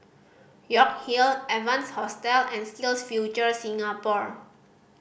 York Hill Evans Hostel and SkillsFuture Singapore